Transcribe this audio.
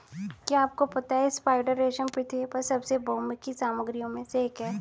क्या आपको पता है स्पाइडर रेशम पृथ्वी पर सबसे बहुमुखी सामग्रियों में से एक है?